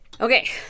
Okay